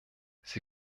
sie